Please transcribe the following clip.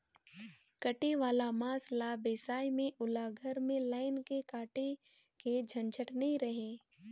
कटे वाला मांस ल बेसाए में ओला घर में लायन के काटे के झंझट नइ रहें